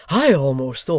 i almost thought,